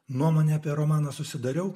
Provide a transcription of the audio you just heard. nuomonę apie romaną susidariau